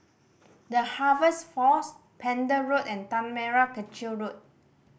The Harvest Force Pender Road and Tanah Merah Kechil Road